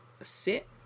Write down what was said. sit